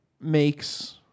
makes